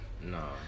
No